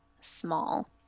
small